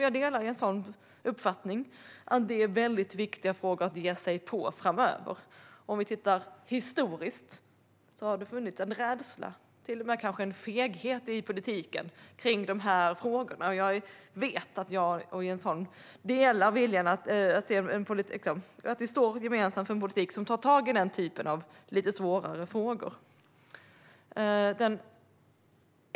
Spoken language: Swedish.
Jag delar nämligen Jens Holms uppfattning om att det är viktiga frågor att ge sig på framöver. Om vi tittar historiskt kan vi se att det har funnits en rädsla, kanske till och med en feghet, i politiken kring de frågorna. Jag vet att jag och Jens Holm gemensamt står för en politik som tar tag i den typen av lite svårare frågor.